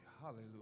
Hallelujah